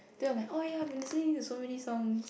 then I'm like oh ya I've been listening to so many songs